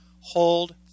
hold